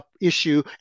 issue